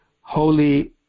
holy